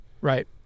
Right